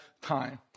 time